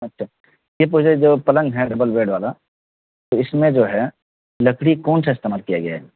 اچھا یہ پوچھ رہے ہیں جو پلنگ ہے ڈبل بیڈ والا تو اس میں جو ہے لکڑی کون سا استعمال کیا گیا ہے